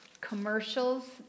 commercials